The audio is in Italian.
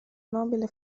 nobile